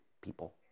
people